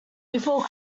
before